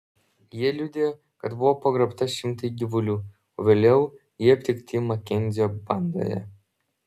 jie liudijo kad buvo pagrobta šimtai gyvulių o vėliau jie aptikti makenzio bandoje